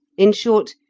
in short,